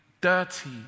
dirty